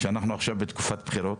שאנחנו עכשיו בתקופת בחירות,